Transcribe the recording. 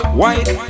white